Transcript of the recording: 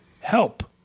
help